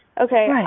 okay